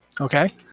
Okay